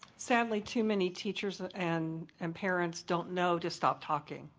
sadly too many teachers ah and and parents don't know to stop talking,